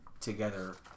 together